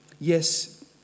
Yes